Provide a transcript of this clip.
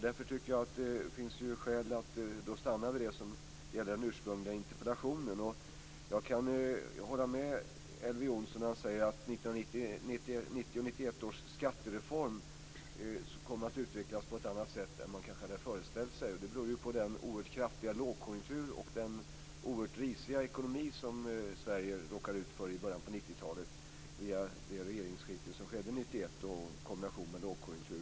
Därför tycker jag att det finns skäl att stanna vid det som gäller den ursprungliga interpellationen. Jag kan hålla med Elver Jonsson när han säger att 1990/91 års skattereform kom att utvecklas på ett annat sätt än man hade föreställt sig. Det beror på den oerhört kraftiga lågkonjunktur och den oerhört risiga ekonomi som Sverige råkade ut för i början på 1990 talet via det regeringsskifte som skedde 1991.